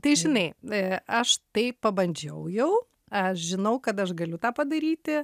tai žinai aš tai pabandžiau jau aš žinau kad aš galiu tą padaryti